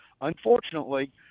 Unfortunately